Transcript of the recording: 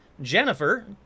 Jennifer